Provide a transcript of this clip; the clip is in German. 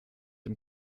dem